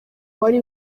wari